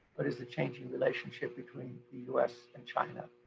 but is the changing relationship between the us and china.